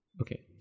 Okay